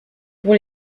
pour